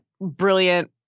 brilliant